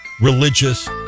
religious